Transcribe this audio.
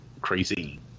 crazy